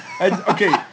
Okay